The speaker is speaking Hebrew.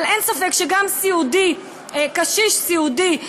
אבל אין ספק שגם קשיש סיעודי,